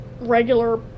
regular